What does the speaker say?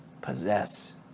possess